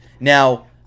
Now